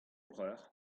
breur